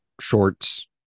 shorts